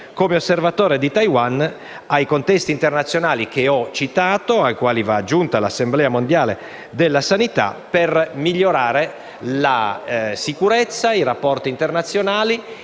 come osservatore di Taiwan ai contesti internazionali che ho citato, ai quali va aggiunta l'Assemblea mondiale della sanità, al fine di migliorare la sicurezza collettiva, i rapporti internazionali